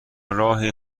راهی